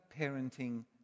parenting